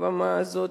מעל לבמה הזאת,